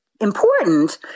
important